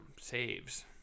Saves